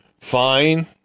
fine